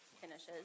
finishes